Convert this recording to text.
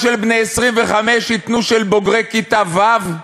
לבני 25 ייתנו שכר של בוגרי כיתה ו'?